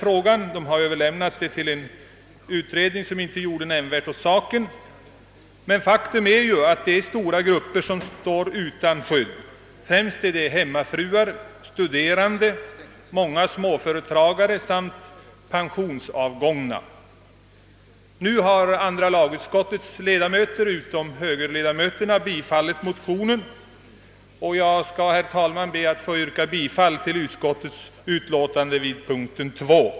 Man har bara överlämnat den till en utredning som inte gjort något nämnvärt åt saken. Faktum är emellertid att stora grupper, främst hemmafruar, studerande, småföretagare och pensionsavgångna, står utan skydd. Nu har dock andra lagutskottets ledamöter, med undantag av högerns representanter, tillstyrkt motionen och jag ber, her! talman, att få yrka bifall till utskottets hemställan vid punkten 2.